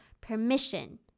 permission